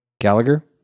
Gallagher